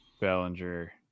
Bellinger